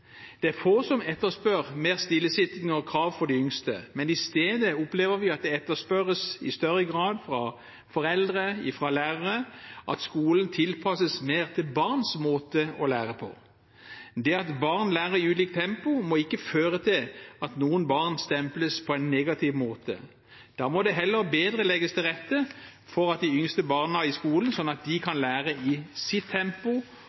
Det er få som etterspør mer stillesitting for og krav til de yngste – i stedet opplever vi at det i større grad etterspørres fra foreldre og fra lærere at skolen tilpasses mer til barns måte å lære på. Det at barn lærer i ulikt tempo, må ikke føre til at noen barn stemples på en negativ måte. Da må det heller legges bedre til rette for de yngste barna i skolen, slik at de kan lære i sitt tempo